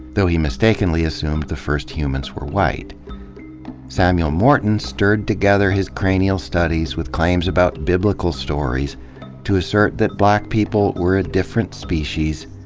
though he mistakenly assumed the first humans were wh samuel morton stirred together his cranial studies with cla ims about biblica l stories to assert that b lack people were a different species,